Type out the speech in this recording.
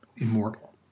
immortal